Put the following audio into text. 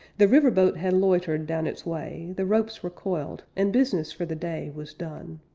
the river boat had loitered down its way the ropes were coiled, and business for the day was done.